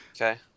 okay